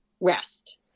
rest